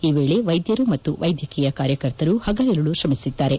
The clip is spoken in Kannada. ಈ ವೇಳೆ ವೈದ್ಯರು ಮತ್ತು ವೈದ್ಯಕೀಯ ಕಾರ್ಯಕರ್ತರು ಹಗಲಿರುಳು ತ್ರಮಿಸಿದ್ದಾರೆ